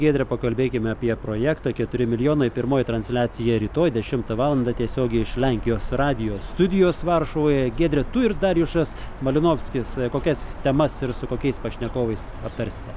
giedre pakalbėkime apie projektą keturi milijonai pirmoji transliacija rytoj dešimtą valandą tiesiogiai iš lenkijos radijo studijos varšuvoje giedre tu ir darjušas malinovskis kokias temas ir su kokiais pašnekovais aptarsite